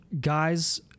guys